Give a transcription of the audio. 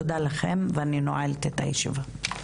תודה לכם ואני נועלת את הישיבה.